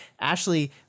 Ashley